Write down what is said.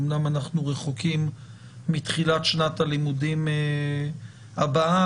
אמנם אנחנו רחוקים מתחילת שנת הלימודים הבאה,